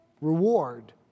reward